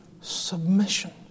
submission